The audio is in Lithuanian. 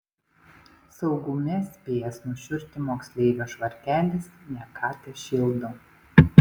saugume spėjęs nušiurti moksleivio švarkelis ne ką tešildo